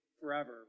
forever